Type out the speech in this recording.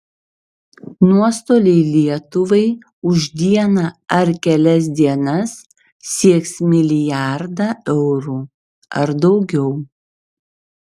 nuostoliai lietuvai už dieną ar kelias dienas sieks milijardą eurų ar daugiau